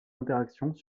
interactions